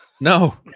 No